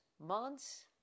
months